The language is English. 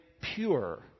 pure